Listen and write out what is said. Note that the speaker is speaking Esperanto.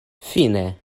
fine